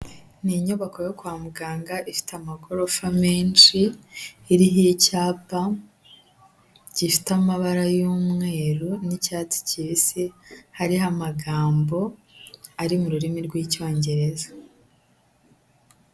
Ni inyubako yo kwa muganga ifite amagorofa menshi, iriho icyapa gifite amabara y'umweru n'icyatsi kibisi, hariho amagambo ari mu rurimi rw'icyongereza.